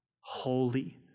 holy